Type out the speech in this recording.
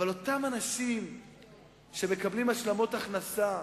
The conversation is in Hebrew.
אבל אותם אנשים שמקבלים השלמות הכנסה,